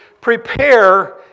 prepare